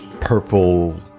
purple